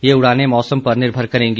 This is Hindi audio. ये उड़ानें मौसम पर निर्भर करेंगी